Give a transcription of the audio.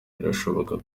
birashoboka